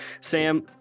Sam